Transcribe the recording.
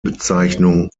bezeichnung